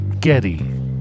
Getty